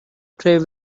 prey